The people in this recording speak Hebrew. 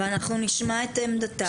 ואנחנו נשמע את עמדתם.